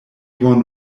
won